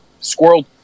Squirrel